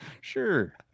Sure